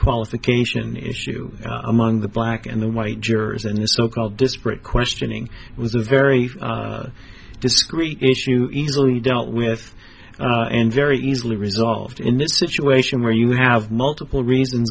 qualification issue among the black and white jurors in the so called disparate questioning it was a very discreet issue easily dealt with and very easily resolved in this situation where you have multiple reasons